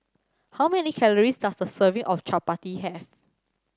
how many calories does a serving of chappati have